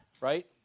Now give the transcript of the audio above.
right